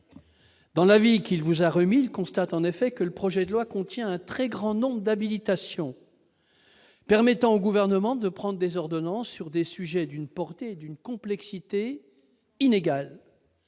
Dans l'avis qu'il vous a remis, il constate en effet que le projet de loi contient un très grand nombre d'habilitations permettant au Gouvernement de prendre des ordonnances sur des sujets d'une portée et d'une complexité inégales.